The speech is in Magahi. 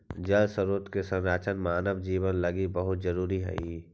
जल स्रोत के संरक्षण मानव जीवन लगी बहुत जरूरी हई